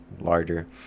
larger